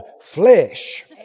flesh